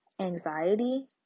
anxiety